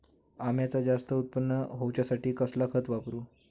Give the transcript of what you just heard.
अम्याचा जास्त उत्पन्न होवचासाठी कसला खत वापरू?